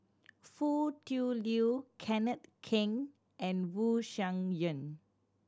Foo Tui Liew Kenneth Keng and Wu Tsai Yen